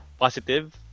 positive